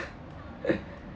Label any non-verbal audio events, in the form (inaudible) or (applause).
(laughs)